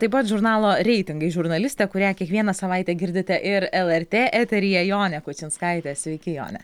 taip pat žurnalo reitingai žurnalistė kurią kiekvieną savaitę girdite ir lrt eteryje jonė kučinskaitė sveiki jone